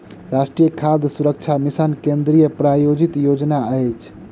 राष्ट्रीय खाद्य सुरक्षा मिशन केंद्रीय प्रायोजित योजना अछि